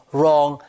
wrong